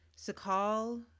Sakal